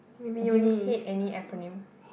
do you hate any acronym